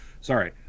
Sorry